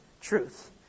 truth